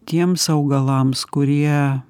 tiems augalams kurie